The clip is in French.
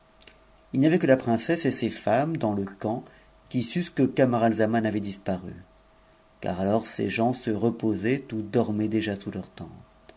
il n'y avait que la princesse et ses femmes dans le camp qui sussent ut que camarazalman avait disparu car alors ses gens se reposaient ou dormaient déjà sous leurs tentes